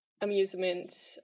amusement